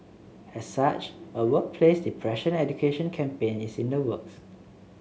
as such a workplace depression education campaign is in the works